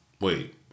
Wait